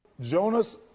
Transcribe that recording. Jonas